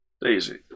Daisy